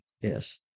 yes